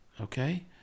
okay